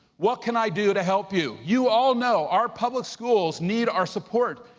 what can i do to help you? you all know our public schools need our support.